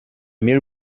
mil